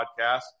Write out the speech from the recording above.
podcast